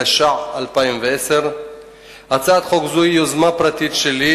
התש"ע 2010. הצעת חוק זו היא יוזמה פרטית שלי,